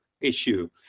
issue